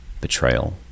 betrayal